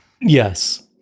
Yes